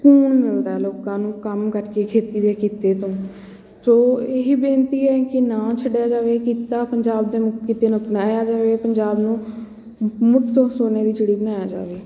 ਸਕੂਨ ਮਿਲਦਾ ਹੈ ਲੋਕਾਂ ਨੂੰ ਕੰਮ ਕਰਕੇ ਖੇਤੀ ਦੇ ਕਿੱਤੇ ਤੋਂ ਸੋ ਇਹ ਬੇਨਤੀ ਹੈ ਕਿ ਨਾ ਛੱਡਿਆ ਜਾਵੇ ਕਿੱਤਾ ਪੰਜਾਬ ਦੇ ਮੁੱਖ ਕਿੱਤੇ ਨੂੰ ਅਪਣਾਇਆ ਜਾਵੇ ਪੰਜਾਬ ਨੂੰ ਮੁ ਮੁੜ ਤੋਂ ਸੋਨੇ ਦੀ ਚਿੜੀ ਬਣਾਇਆ ਜਾਵੇ